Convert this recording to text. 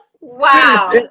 Wow